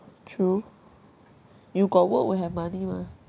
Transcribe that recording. true you got work will have money mah